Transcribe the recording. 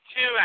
two